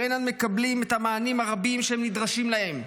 אינם מקבלים את המענים הרבים שהם נדרשים להם,